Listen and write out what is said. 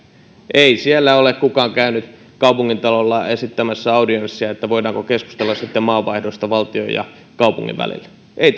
ei siellä ole kukaan käynyt kaupungintalolla esittämässä audienssia että voidaanko keskustella sitten maanvaihdosta valtion ja kaupungin välillä ei